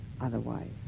otherwise